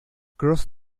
cross